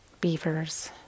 beavers